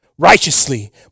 Righteously